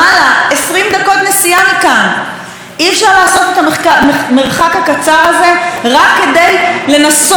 אי-אפשר לעשות את המרחק הקצר הזה רק כדי לנסות אולי למנוע מלחמה?